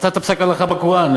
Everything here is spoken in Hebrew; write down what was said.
מצאת פסק הלכה בקוראן.